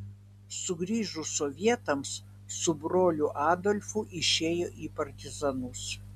sugrįžus sovietams su broliu adolfu išėjo į partizanus